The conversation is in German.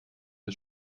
wir